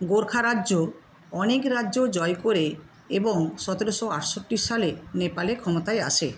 গোর্খা রাজ্য অনেক রাজ্য জয় করে এবং সতেরোশো আটষট্টি সালে নেপালে ক্ষমতায় আসে